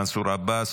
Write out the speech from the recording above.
מנסור עבאס,